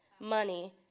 money